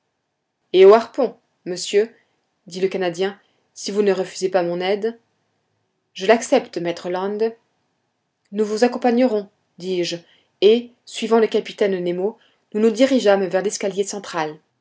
et au harpon monsieur dit le canadien si vous ne refusez pas mon aide je l'accepte maître land nous vous accompagnerons dis-je et suivant le capitaine nemo nous nous dirigeâmes vers l'escalier central